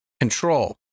control